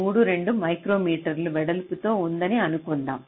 32 micrometer వెడల్పుతో ఉందని అనుకుందాం